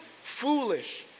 foolish